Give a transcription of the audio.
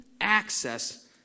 access